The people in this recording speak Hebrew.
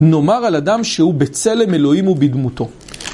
נאמר על אדם שהוא בצלם אלוהים ובדמותו.